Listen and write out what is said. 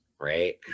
right